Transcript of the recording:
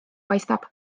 paistab